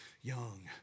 Young